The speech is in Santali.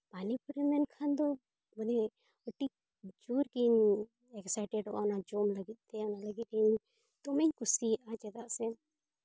ᱯᱟᱹᱱᱤ ᱯᱩᱨᱤ ᱢᱮᱱᱠᱷᱟᱱ ᱫᱚ ᱚᱱᱮ ᱟᱹᱰᱤ ᱡᱳᱨ ᱜᱤᱧ ᱮᱠᱥᱟᱭᱴᱮᱰᱚᱜᱼᱟ ᱚᱱᱟ ᱡᱚᱢ ᱞᱟᱹᱜᱤᱫ ᱛᱮ ᱚᱱᱟ ᱞᱟᱹᱜᱤᱫ ᱤᱧ ᱫᱚᱢᱮᱧ ᱠᱩᱥᱤᱭᱟᱜᱼᱟ ᱪᱮᱫᱟᱜ ᱥᱮ